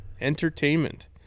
entertainment